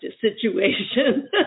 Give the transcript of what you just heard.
situation